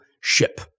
ship